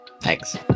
thanks